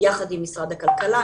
יחד עם משרד הכלכלה,